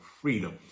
freedom